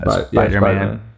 Spider-Man